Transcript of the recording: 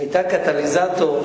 היתה קטליזטור,